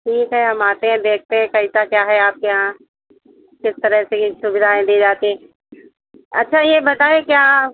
ठीक है हम आते हैं देखते हैं कैसा क्या है आपके यहाँ किस तरह की सुविधाएँ दी जाती हैं अच्छा यह बताएं क्या